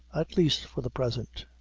at least for the present.